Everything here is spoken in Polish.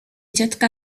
ciotka